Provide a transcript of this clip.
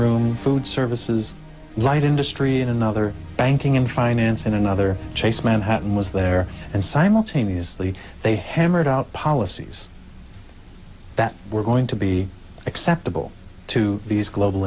room food services light industry another banking and finance in another chase manhattan was there and simultaneously they hammered out policies that we're going to be acceptable to these global